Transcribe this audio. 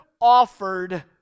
offered